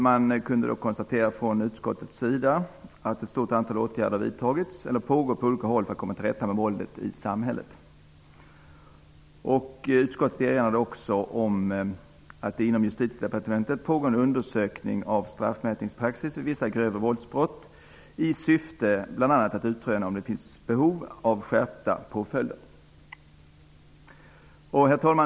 Utskottet konstaterade då att ett stort antal åtgärder har vidtagits och att åtgärder pågår på olika håll för att man skall komma till rätta med våldet i samhället. Utskottet erinrade också om att det inom Justitiedepartementet pågår en undersökning av straffmätningspraxis vid vissa grövre våldsbrott i syfte att utröna bl.a. om det finns behov av skärpta påföljder. Herr talman!